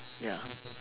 ya